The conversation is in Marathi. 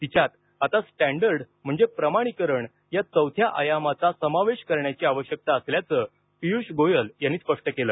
तिच्यात आता स्टॅंडर्ड म्हणजे प्रमाणीकरण या चौथ्या आयामाचा समावेश करण्याची आवश्यकता असल्याचं पियूष गोयल यांनी स्पष्ट केलं